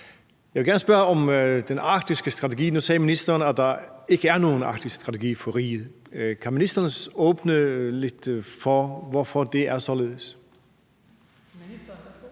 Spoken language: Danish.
Jeg vil gerne spørge om den arktiske strategi. Nu sagde ministeren, at der ikke er nogen arktisk strategi for riget. Kan ministeren åbne lidt op for, hvorfor det er således? Kl. 15:40 Den